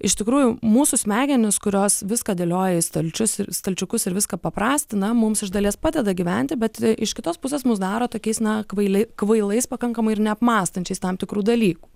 iš tikrųjų mūsų smegenys kurios viską dėlioja į stalčius stalčiukus ir viską paprastina mums iš dalies padeda gyventi bet iš kitos pusės mus daro tokiais na kvaili kvailais pakankamai ir neapmąstančiais tam tikrų dalykų